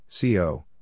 CO